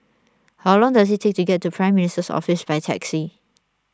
how long does it take to get to Prime Minister's Office by taxi